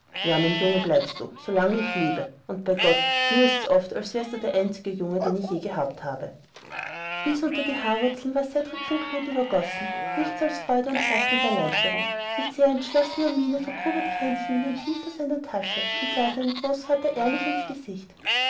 ja mein junge bleibst du solange ich lebe und bei gott mir ist's oft als wärst du der einzige junge den ich je gehabt habe bis unter die haarwurzeln war cedrik von glut übergössen nichts als freude und herzenserleichterung mit sehr entschlossener miene vergrub er die händchen in den tiefen seiner taschen und sah seinem großvater ehrlich ins gesicht